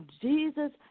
Jesus